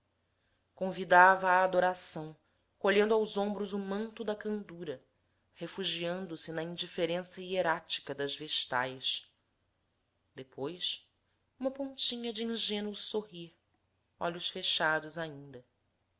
à adoração colhendo aos ombros o manto da candura refugiando se na indiferença hierática das vestais depois uma pontinha de ingênuo sorrir olhos fechados ainda